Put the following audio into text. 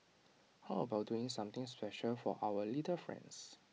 how about doing something special for our little friends